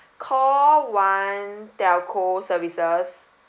call one telco services